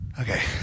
Okay